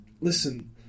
listen